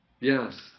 Yes